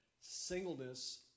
singleness